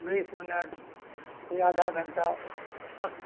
बीस मिनट यह आधा घंटा तक